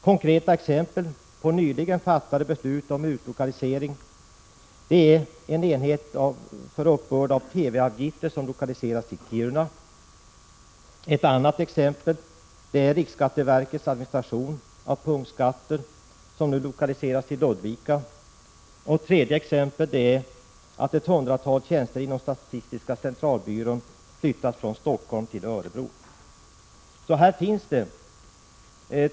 Konkreta exempel på nyligen fattade beslut om utlokalisering är att en enhet för uppbörd av TV-avgifter har lokaliserats till Kiruna. Ett annat exempel är att riksskatteverkets administration av punktskatter lokaliseras till Ludvika. Ett tredje exempel är att ett hundratal tjänster inom statistiska centralbyrån flyttas från Stockholm till Örebro.